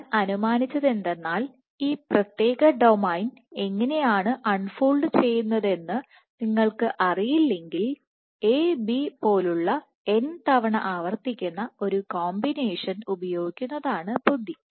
ഞാൻ അനുമാനിച്ചത് എന്തെന്നാൽഈ പ്രത്യേക ഡൊമെയ്ൻ എങ്ങനെയാണ് അൺ ഫോൾഡ് ചെയ്യുന്നതെന്ന് നിങ്ങൾക്ക് അറിയില്ലെങ്കിൽ A B പോലുള്ള n തവണ ആവർത്തിക്കുന്ന ഒരു കോമ്പിനേഷൻ ഉപയോഗിക്കുന്നതാണ്ബുദ്ധി